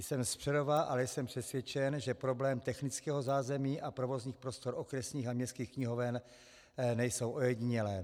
Jsem z Přerova, ale jsem přesvědčen, že problémy technického zázemí a provozních prostor okresních a městských knihoven nejsou ojedinělé.